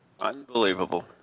Unbelievable